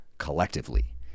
Collectively